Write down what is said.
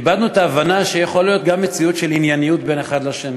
איבדנו את ההבנה שיכולה להיות גם מציאות של ענייניות בין אחד לשני.